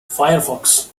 firefox